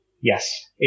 yes